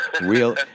real